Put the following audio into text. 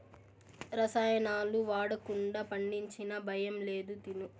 రసాయనాలు వాడకుండా పండించినవి భయం లేదు తిను